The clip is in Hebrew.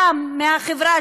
גם מהחברה,